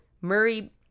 Murray